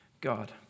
God